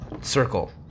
circle